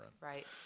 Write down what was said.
Right